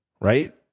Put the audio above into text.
right